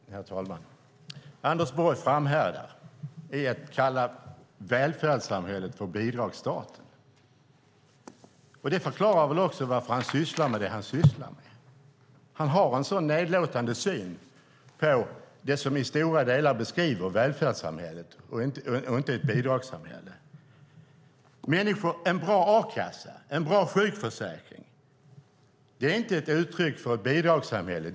Herr talman! Anders Borg framhärdar i att kalla välfärdssamhället för bidragsstaten. Det förklarar också varför han sysslar med det han sysslar med. Han har en sådan nedlåtande syn på det som i stora delar beskriver välfärdssamhället och inte ett bidragssamhälle. En bra a-kassa och en bra sjukförsäkring är inte ett uttryck för ett bidragssamhälle.